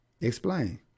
Explain